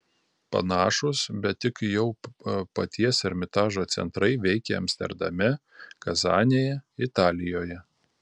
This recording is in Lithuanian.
panašūs bet tik jau paties ermitažo centrai veikia amsterdame kazanėje italijoje